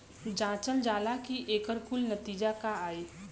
जांचल जाला कि एकर कुल नतीजा का आई